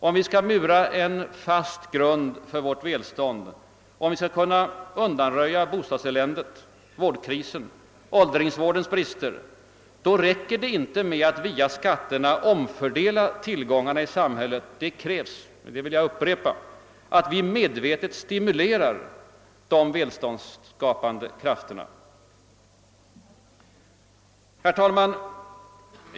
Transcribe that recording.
Om vi skall mura en fast grund för vårt välstånd, om vi skall kunna undanröja bostadseländet, vårdkrisen och åldringsvårdens brister, då räcker det inte med att via skatterna omfördela tillgångarna i samhället. Det krävs — jag upprepar detta — att vi medvetet stimulerar de välståndsskapande krafterna. Herr talman!